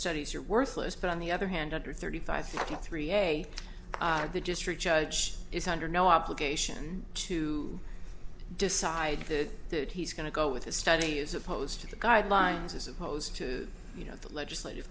studies are worthless but on the other hand under thirty five point three a the district judge is under no obligation to decide that he's going to go with a study as opposed to the guidelines as opposed to you know legislative